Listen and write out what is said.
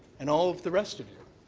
and all of the rest of you.